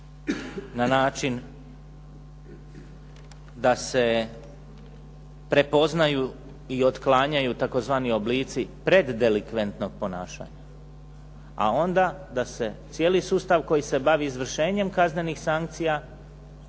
na način da se prepoznaju i otklanjaju tzv. oblici preddelikvetnog ponašanja, a onda da se cijeli sustav koji se bavi izvršenjem kaznenih sankcija,